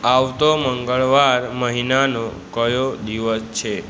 આવતો મંગળવાર મહિનાનો કયો દિવસ છે